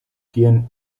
quien